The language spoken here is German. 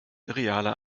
realer